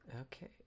Okay